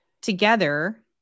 together